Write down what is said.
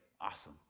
awesome